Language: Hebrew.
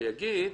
ויגיד: